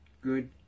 Good